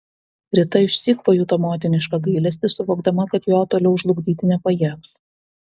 rita išsyk pajuto motinišką gailestį suvokdama kad jo toliau žlugdyti nepajėgs